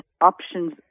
options